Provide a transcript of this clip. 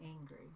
angry